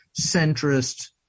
centrist